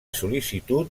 sol·licitud